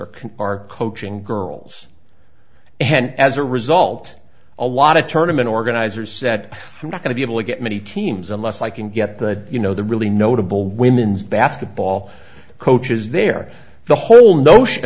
are coaching girls and as a result a lot of tournaments organizers say that i'm not going to be able to get many teams unless i can get the you know the really notable women's basketball coach is there the whole notion i